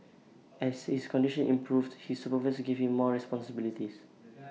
as his condition improved his supervisors gave him more responsibilities